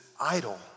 idle